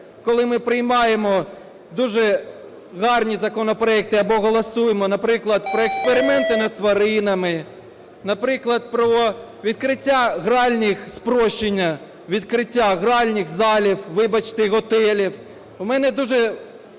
коли ми приймаємо дуже гарні законопроекти або голосуємо, наприклад, про експерименти над тваринами, наприклад, про відкриття гральних (спрощення), відкриття гральних залів, вибачте, готелів, в мене дуже